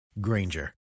Granger